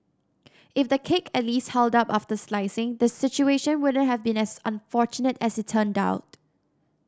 if the cake at least held up after slicing the situation wouldn't have been as unfortunate as it turned out